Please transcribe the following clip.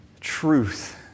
truth